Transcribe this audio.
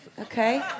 Okay